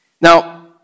Now